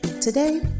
Today